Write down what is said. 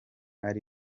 ari